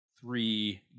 Three